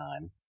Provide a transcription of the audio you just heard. time